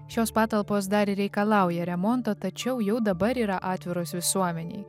šios patalpos dar reikalauja remonto tačiau jau dabar yra atviros visuomenei